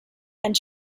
and